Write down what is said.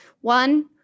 one